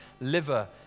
liver